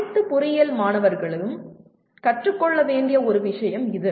அனைத்து பொறியியல் மாணவர்களும் கற்றுக்கொள்ள வேண்டிய ஒரு விஷயம் இது